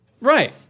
Right